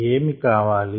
ఏమి కావాలి